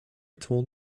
told